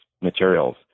materials